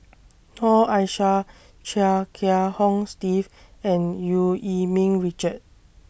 Noor Aishah Chia Kiah Hong Steve and EU Yee Ming Richard